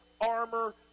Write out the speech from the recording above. armor